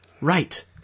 Right